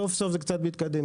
סוף-סוף זה כבר מתקדם.